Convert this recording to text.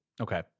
Okay